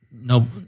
No